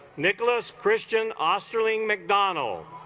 nicholas christian osterlen mcdonnell